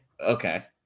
Okay